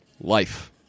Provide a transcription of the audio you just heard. life